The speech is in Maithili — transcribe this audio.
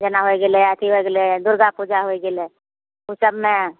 जेना होइ गेलै अथी होइ गेलै दुर्गा पूजा होइ गेलै ओ सबमे